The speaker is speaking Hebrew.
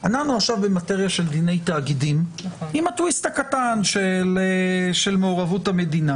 עכשיו במטריה של דיני תאגידים עם הטוויסט הקטן של מעורבות המדינה.